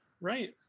right